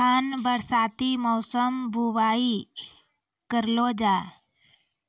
धान बरसाती मौसम बुवाई करलो जा?